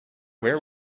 where